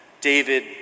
David